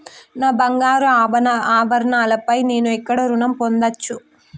నా బంగారు ఆభరణాలపై నేను ఎక్కడ రుణం పొందచ్చు?